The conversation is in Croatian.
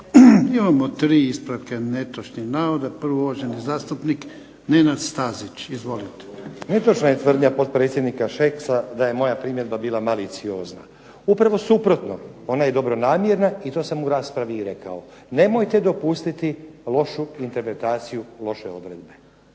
Imamo tri ispravka netočnih navoda, prvo uvaženi zastupnik Nenad Stazić. Izvolite. **Stazić, Nenad (SDP)** Netočna je tvrdnja potpredsjednika Šeksa da je moja primjedba bila maliciozna. Upravo suprotno ona je dobronamjerna i to sam u raspravi i rekao. Nemojte dopustiti lošu interpretaciju loše odredbe.